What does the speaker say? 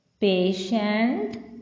Patient